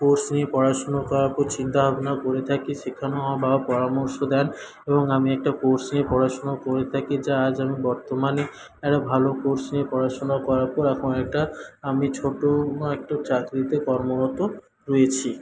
course নিয়ে পড়াশুনো করার উপর চিন্তাভাবনা করে থাকি সেখানেও আমার বাবা পরামর্শ দেন এবং আমি একটা কোর্স নিয়ে পড়াশুনা করে থাকি যা আজ আমি বর্তমানে একটা ভালো কোর্স নিয়ে পড়াশুনো করার পর এখন একটা আমি ছোটো একটা চাকরিতে কর্মরত রয়েছি